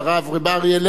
רב אריה לוין,